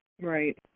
Right